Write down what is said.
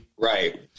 Right